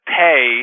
pay